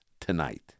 tonight